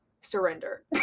surrender